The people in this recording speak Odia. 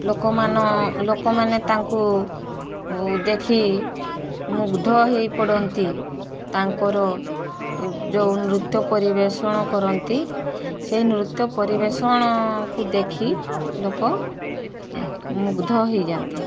ଲୋକମାନ ଲୋକମାନେ ତାଙ୍କୁ ଦେଖି ମୁଗ୍ଧ ହେଇପଡ଼ନ୍ତି ତାଙ୍କର ଯେଉଁ ନୃତ୍ୟ ପରିବେଷଣ କରନ୍ତି ସେଇ ନୃତ୍ୟ ପରିବେଷଣକୁ ଦେଖି ଲୋକ ମୁଗ୍ଧ ହେଇଯାଆନ୍ତି